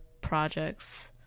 projects